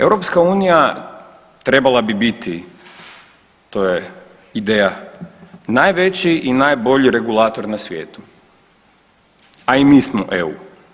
EU trebala bi biti to je ideja, najveći i najbolji regulator na svijetu, a i mi smo EU.